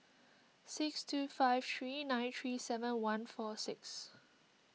six two five three nine three seven one four six